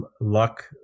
luck